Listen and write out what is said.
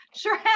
Sure